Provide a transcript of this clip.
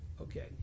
Okay